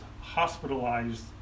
hospitalized